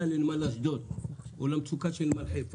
לנמל אשדוד או למצוקה של נמל חיפה.